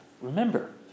remember